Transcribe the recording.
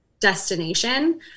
destination